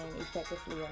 effectively